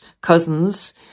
cousins